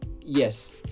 Yes